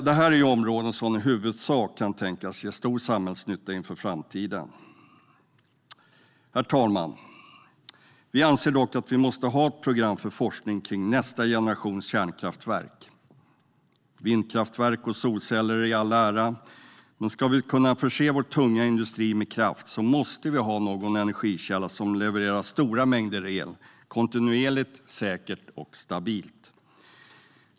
Det är områden som i huvudsak kan tänkas ge stor samhällsnytta inför framtiden. Herr talman! Vi anser att vi måste ha ett program för forskning kring nästa generations kärnkraftverk. Vindkraftverk och solceller i alla ära, men ska vi kunna förse vår tunga industri med kraft måste vi ha någon energikälla som levererar stora mängder el kontinuerligt, säkert och stabilt.